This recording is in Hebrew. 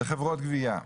לחברות גבייה.